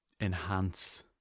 enhance